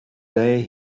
day